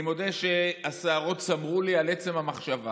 אני מודה שהשערות סמרו לי על עצם המחשבה